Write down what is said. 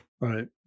Right